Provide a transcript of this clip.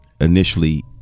initially-